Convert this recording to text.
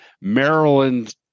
Maryland